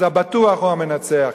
אז הבטוח הוא המנצח.